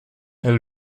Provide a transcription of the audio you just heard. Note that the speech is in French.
elle